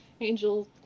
angel